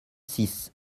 six